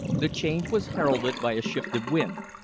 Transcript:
the change was heralded by a shift of wind.